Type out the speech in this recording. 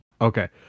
Okay